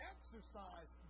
Exercise